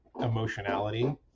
emotionality